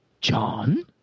John